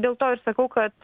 dėl to ir sakau kad